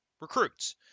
recruits